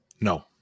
no